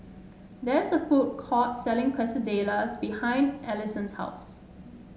there is a food court selling Quesadillas behind Allisson's house